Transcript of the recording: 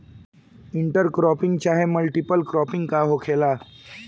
Inter cropping चाहे multiple cropping का होखेला?